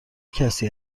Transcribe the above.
کسی